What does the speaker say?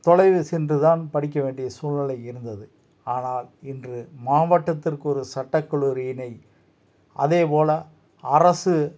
தொலைவு சென்று தான் படிக்க வேண்டிய சூழ்நிலை இருந்தது ஆனால் இன்று மாவட்டத்திற்கு ஒரு சட்ட கல்லூரியினை அதேபோல அரசு